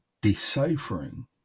deciphering